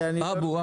מדפוס "מסר".